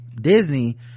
disney